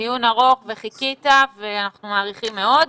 דיון ארוך חיכית ואנחנו מעריכים מאוד.